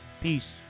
Peace